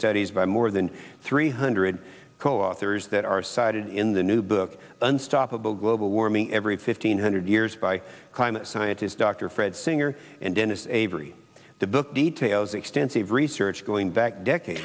studies by more than three hundred co authors that are cited in the new book unstoppable global warming every fifteen hundred years by climate scientists dr fred singer and dennis avery the book details extensive research going back decade